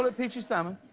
ah peachy salmon?